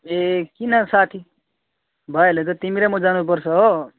ए किन साथी भइहाल्यो त तिमी र म जानुपर्छ हो